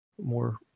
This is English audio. more